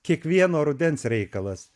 kiekvieno rudens reikalas